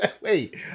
wait